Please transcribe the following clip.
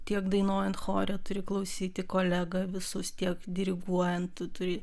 tiek dainuojant chore turi klausyti kolegą visus tiek diriguojant tu turi